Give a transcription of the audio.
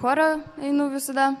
chorą einu visada